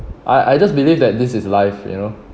I I just believe that this is life you know